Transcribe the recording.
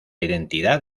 identidad